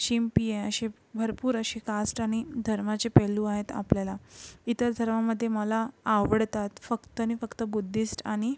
शिंपी आहे असे भरपूर असे कास्ट आणि धर्माचे पैलू आहेत आपल्याला इतर सर्वांमध्ये मला आवडतात फक्त आणि फक्त बुद्धिस्ट आणि